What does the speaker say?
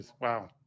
wow